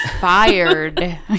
Fired